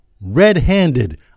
red-handed